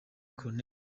col